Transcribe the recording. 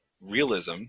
realism